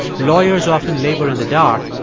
lawyers often labor in the dark,